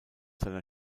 seiner